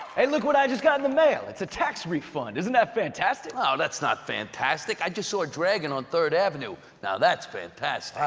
look what i just got in the mail. it's a tax refund isn't that fantastic? oh that's not fantastic. i just saw a dragon on third avenue. now that's fantastic. wow,